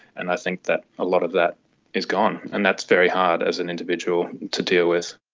and i think that a lot of that is gone, and that's very hard, as an individual, to deal with.